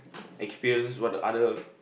experience what the other